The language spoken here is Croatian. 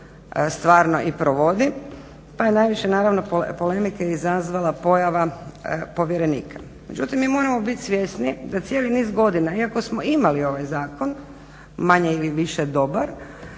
stvarno i provodi. Pa je najviše naravno polemike izazvala pojava povjerenika. Međutim, mi moramo biti svjesni da cijeli niz godina iako smo imali ovaj zakon, manje ili više dobar,